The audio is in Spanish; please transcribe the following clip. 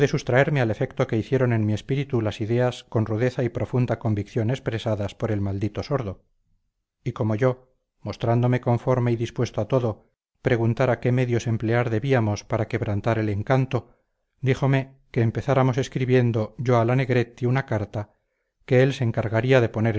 sustraerme al efecto que hicieron en mi espíritu las ideas con rudeza y profunda convicción expresadas por el maldito sordo y como yo mostrándome conforme y dispuesto a todo preguntara qué medios emplear debíamos para quebrantar el encanto díjome que empezáramos escribiendo yo a la negretti una carta que él se encargaría de poner